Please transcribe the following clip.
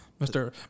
Mr